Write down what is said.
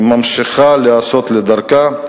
ממשיכה לעשות את דרכה.